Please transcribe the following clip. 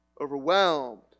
overwhelmed